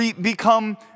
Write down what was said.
become